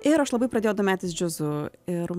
ir aš labai pradėjau domėtis džiazu ir